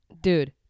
Dude